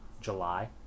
July